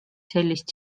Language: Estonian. sellist